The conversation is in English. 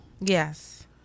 Yes